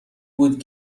بود